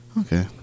Okay